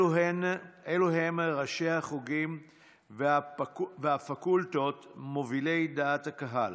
אלו הם ראשי החוגים והפקולטות, מובילי דעת הקהל,